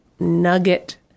nugget